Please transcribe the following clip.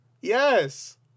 Yes